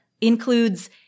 includes